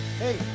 Hey